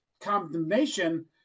condemnation